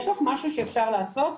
יש לך משהו שאפשר לעשות?